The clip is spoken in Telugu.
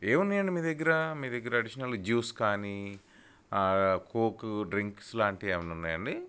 ఏమి ఉన్నాయి అండి మీ దగ్గర మీ దగ్గర అడిషనల్గా జూస్ కానీ కోక్ డ్రింక్స్ లాంటివి ఏమన్నా ఉన్నాయా అండి